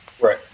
Right